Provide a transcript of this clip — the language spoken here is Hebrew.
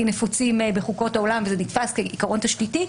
נפוצים בחוקות העולם וזה נתפס כעיקרון תשתיתי,